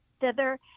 thither